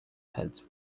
heads